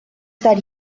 that